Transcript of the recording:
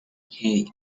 hey